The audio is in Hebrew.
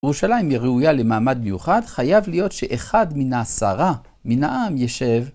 בירושלים היא ראויה למעמד מיוחד, חייב להיות שאחד מן העשרה מן העם ישב